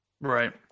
Right